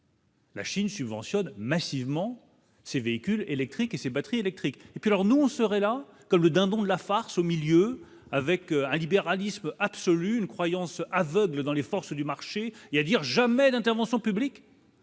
La Chine subventionne massivement ces véhicules électriques et ses batteries électriques que leur noms serait là comme le dindon de la farce au milieu avec un libéralisme absolu, une croyance aveugle dans les forces du marché et à dire jamais d'intervention publique.